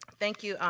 thank you,